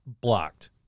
blocked